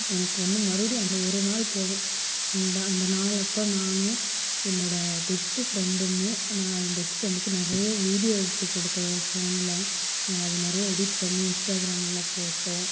எனக்கு வந்து மறுபடியும் அந்த ஒரு நாள் போதும் அந்த அந்த நாள் அப்போ நானும் என்னோட பெஸ்ட்டு ஃப்ரெண்டுமே நான் என் பெஸ்ட்டு ஃப்ரெண்டுக்கு நிறையா வீடியோ எடுத்து கொடுத்தேன் என் ஃபோனில் நாங்கள் அதை நிறைய எடிட் பண்ணி இன்ஸ்டாங்க்ராம்லேலாம் போட்டோம்